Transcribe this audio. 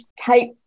type